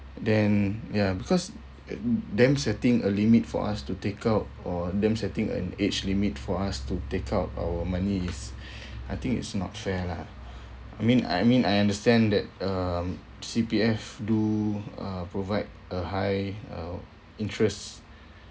then ya because uh them setting a limit for us to take out or them setting an age limit for us to take out our money is I think it's not fair lah I mean I mean I understand that um C_P_F do uh provide a high uh interest